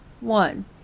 one